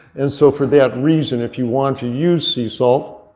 and so for that reason, if you want to use sea salt.